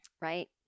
Right